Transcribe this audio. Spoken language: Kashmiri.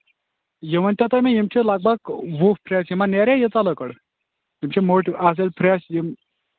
یہِ ؤنۍتَو تُہۍ مےٚ یِم چھِ لگ بھگ وُہ پھرٛیٚس یِمن نیریٛاہ ییٖژاہ لٔکٕر یِم چھِ موٚٹۍ اَصٕل پھرٛیٚس یِم